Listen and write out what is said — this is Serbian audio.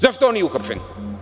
Zašto on nije uhapšen?